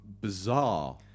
Bizarre